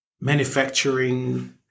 manufacturing